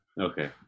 Okay